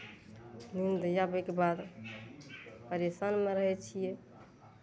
नींद आबयके बाद परेशानमे रहै छियै